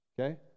okay